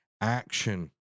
action